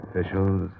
officials